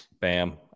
Bam